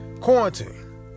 Quarantine